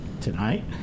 tonight